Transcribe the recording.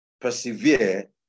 persevere